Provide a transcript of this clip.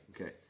Okay